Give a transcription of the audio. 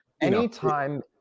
anytime